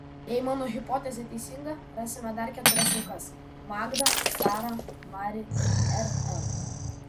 jei mano hipotezė teisinga rasime dar keturias aukas magdą sarą mari ir rl